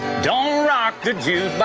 don't rock the jukebox,